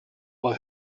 was